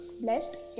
blessed